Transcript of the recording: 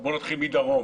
בואי נתחיל מדרום.